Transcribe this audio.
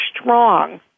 strong